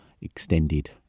extended